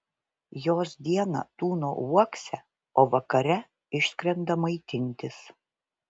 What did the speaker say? jos dieną tūno uokse o vakare išskrenda maitintis